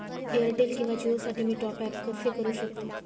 Airtel किंवा जिओसाठी मी टॉप ॲप कसे करु शकतो?